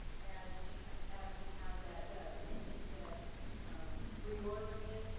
as to as to how that does, but i think that reordering it,